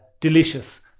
delicious